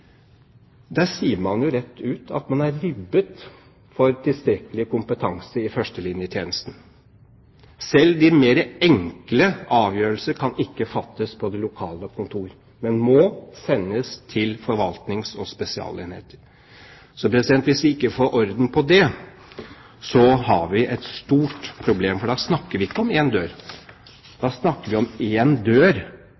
Der sier man rett ut at man er ribbet for tilstrekkelig kompetanse i førstelinjetjenesten. Selv de mer enkle avgjørelser kan ikke fattes på det lokale Nav-kontor, men må sendes til forvaltnings- og spesialenhetene. Hvis vi ikke får orden på dette, har vi et stort problem. Da snakker vi ikke om én dør. Da snakker vi om én dør og ett kontor som må videresende gjennom en annen dør